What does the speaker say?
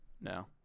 No